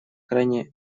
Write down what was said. крайне